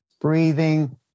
Breathing